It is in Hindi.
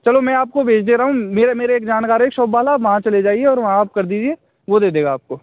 चलो मैं आपको भेज दे रहा हूँ भैया मेरा एक जानकार है एक शॉप वाला वहाँ चले जाइए और वहाँ आप कर दीजिए वह दे देगा आपको